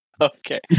Okay